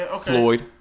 Floyd